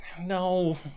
no